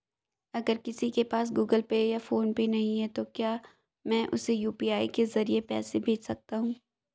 अगर किसी के पास गूगल पे या फोनपे नहीं है तो क्या मैं उसे यू.पी.आई के ज़रिए पैसे भेज सकता हूं?